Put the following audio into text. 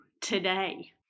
today